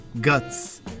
guts